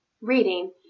reading